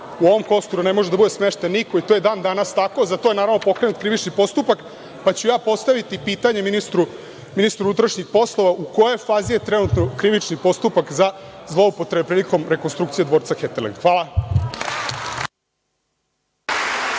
u ovom prostoru ne može da bude smešten niko, i to je i dan danas tako. Za to je, naravno, pokrenut krivični postupak, pa ću postaviti pitanje ministru unutrašnjih poslova – u kojoj fazi je trenutno krivični postupak za zloupotrebe prilikom rekonstrukcije dvorca Heterlend? Hvala.